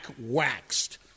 waxed